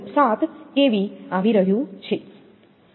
7 kV આવી રહ્યું છે